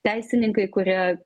teisininkai kurie